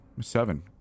Seven